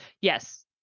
Yes